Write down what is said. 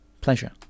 pleasure